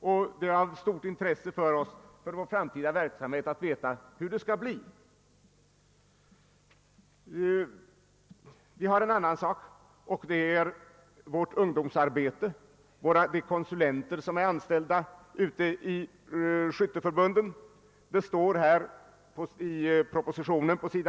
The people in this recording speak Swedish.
Men för vår framtida verksamhet är det av stort värde för oss att få veta hur det skall bli i det fallet. En annan fråga rör de konsulenter som nu är anställda i skytteförbundens ungdomsarbete liksom från landsting utgående medel härtill.